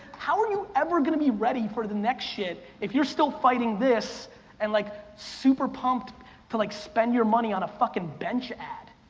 how are you ever gonna be ready for the next shit if you're still fighting this and like super pumped to like spend your money on a fucking bench ad?